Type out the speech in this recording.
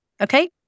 okay